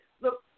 Look